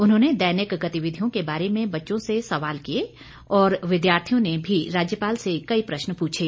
उन्होंने दैनिक गतिविधियों के बारे में बच्चों से सवाल किए और विद्यार्थियों ने भी राज्यपाल से कई प्रश्न पूछे